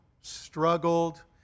struggled